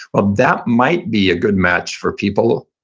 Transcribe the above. well, that might be a good match for people,